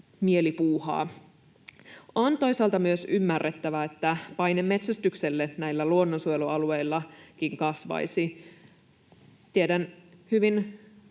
mielipuuhaa. On toisaalta myös ymmärrettävää, että paine metsästykselle näillä luonnonsuojelualueillakin kasvaisi. Tiedän varsin